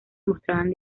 mostraban